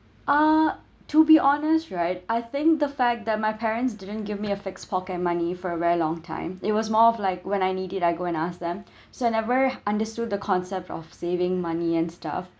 uh to be honest right I think the fact that my parents didn't give me a fixed pocket money for a very long time it was more of like when I need it I go and ask them so I never understood the concept of saving money and stuff